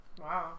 Wow